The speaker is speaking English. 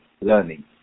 learning